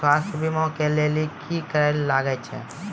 स्वास्थ्य बीमा के लेली की करे लागे छै?